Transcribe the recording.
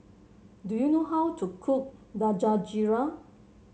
do you know how to cook Dangojiru